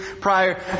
prior